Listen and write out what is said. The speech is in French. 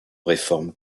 réforme